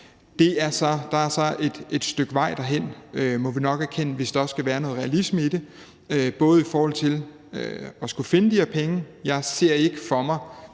er der så et stykke vej, må vi nok erkende, hvis der også skal være noget realisme i det. I forhold til at skulle finde de her penge ser jeg ikke for mig,